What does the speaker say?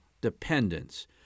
dependence